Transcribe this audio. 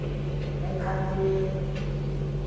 एहि खातिर